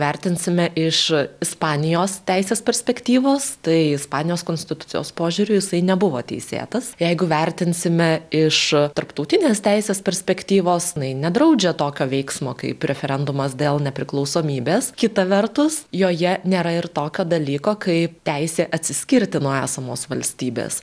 vertinsime iš ispanijos teisės perspektyvos tai ispanijos konstitucijos požiūriu jisai nebuvo teisėtas jeigu vertinsime iš tarptautinės teisės perspektyvos na ji nedraudžia tokio veiksmo kaip referendumas dėl nepriklausomybės kita vertus joje nėra ir tokio dalyko kaip teisė atsiskirti nuo esamos valstybės